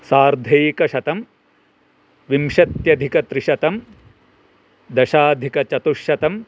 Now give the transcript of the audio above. सार्धैकशतं विंशत्यधिकत्रिशतं दशाधिकचतुश्शतं